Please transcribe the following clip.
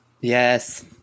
Yes